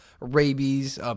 rabies